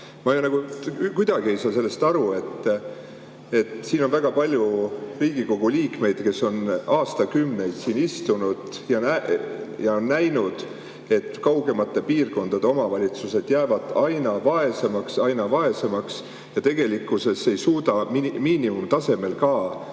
Ma kuidagi ei saa sellest aru, et siin on väga palju Riigikogu liikmeid, kes on aastakümneid siin istunud ja näinud, et kaugemate piirkondade omavalitsused jäävad aina vaesemaks, aina vaesemaks, nii et tegelikkuses ei suuda nad miinimumtasemel ka